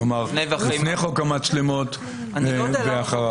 כלומר, לפני חוק המצלמות ואחריו.